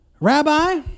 Rabbi